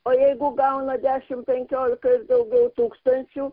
o jeigu gauna dešimt penkiolika ir daugiau tūkstančių